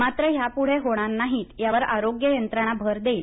मात्र यापुढे होणार नाही यावर आरोग्य यंत्रणा भर देईल